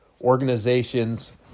organizations